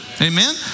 Amen